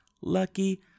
Lucky